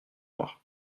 noirs